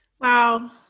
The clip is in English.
Wow